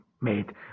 made